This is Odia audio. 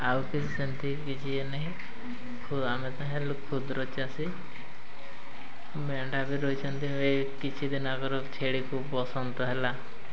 ଆଉ କିଛି ସେମିତି କିଛି ଇଏ ନାହିଁ ଆମେ ତ ହେଲୁ କ୍ଷୁଦ୍ର ଚାଷୀ ମେଣ୍ଢା ବି ରହିଛନ୍ତି ଏ କିଛି ଦିନ ଆଗର ଛେଳିକୁ ବସନ୍ତ ହେଲା